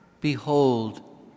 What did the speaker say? Behold